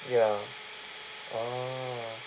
ya oh